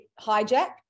hijack